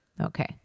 Okay